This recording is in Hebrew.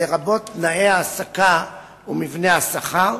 לרבות תנאי ההעסקה ומבנה השכר,